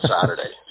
Saturday